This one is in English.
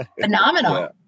phenomenal